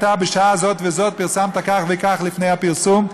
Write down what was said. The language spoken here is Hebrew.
בשעה זאת וזאת פרסמת כך וכך לפני הפרסום,